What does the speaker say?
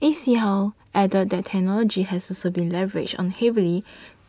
A C how added that technology has also been leveraged on heavily